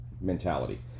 mentality